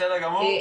בסדר גמור,